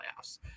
playoffs